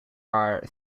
are